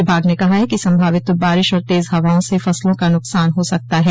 विभाग ने कहा है कि संभावित बारिश और तेज हवाओं से फसलों का नुकसान हो सकता है